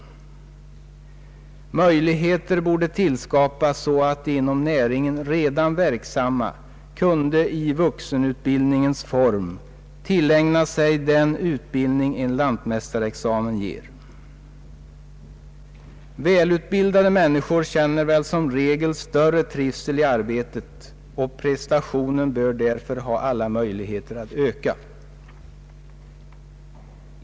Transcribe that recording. Möjligheter borde ges de inom näringen redan verksamma att i vuxenutbildningens form tillägna sig den utbildning en lantmästarexamen ger. Välutbildade människor känner väl som regel större trivsel i arbetet, och prestationen bör därför ha alla möjligheter att öka.